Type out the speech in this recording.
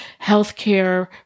healthcare